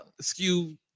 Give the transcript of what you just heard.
skew